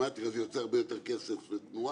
שבגימטרייה זה יוצא הרבה יותר כסף לתנועה